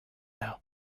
now